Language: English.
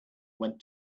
went